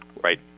Right